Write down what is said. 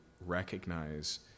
recognize